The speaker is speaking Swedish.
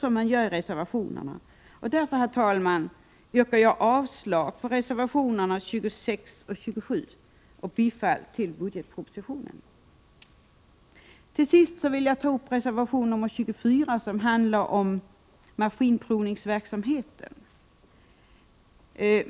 Därför, herr talman, yrkar jag avslag på reservationerna 26 och 27 och bifall till utskottets hemställan. Till sist vill jag ta upp reservation 24, som handlar om maskinprovningsverksamheten.